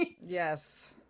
yes